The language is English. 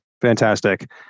Fantastic